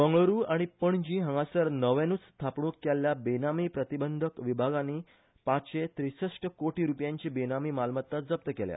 बंगळूरु आनी पणजी हांगासर नव्यानूच थापणूक केल्ल्या बेनामी प्रतिबंधक विभागानी पाचशे त्रीसष्ट कोटी रुपयांची बेनामी मालमत्ता जप्त केल्या